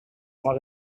maar